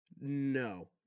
no